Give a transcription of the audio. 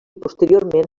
posteriorment